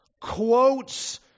quotes